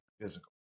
physical